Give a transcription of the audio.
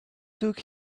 took